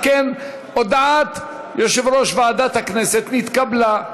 אם כן, הודעת יושב-ראש ועדת הכנסת נתקבלה.